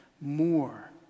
more